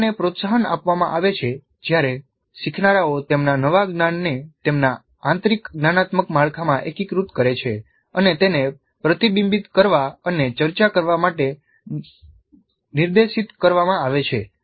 ભણતરને પ્રોત્સાહન આપવામાં આવે છે જ્યારે શીખનારાઓ તેમના નવા જ્ઞાનને તેમના આંતરિક જ્ઞાનાત્મક માળખામાં એકીકૃત કરે છે અને તેને પ્રતિબિંબિત કરવા અને ચર્ચા કરવા માટે નિર્દેશિત કરવામાં આવે છે